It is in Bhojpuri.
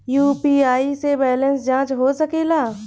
यू.पी.आई से बैलेंस जाँच हो सके ला?